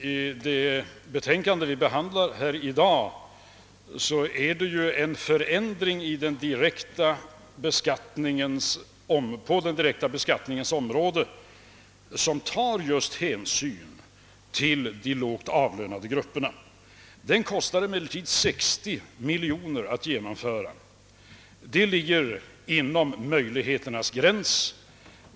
I det betänkande som vi behandlar i dag föreslås en förändring på den direkta beskattningens område som tar hänsyn till just de lågavlönade grupperna. Den kostar emellertid 60 miljoner kronor att genomföra. Detta ligger inom möjligheternas gräns.